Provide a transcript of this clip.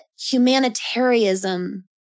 humanitarianism